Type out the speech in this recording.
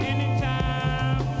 Anytime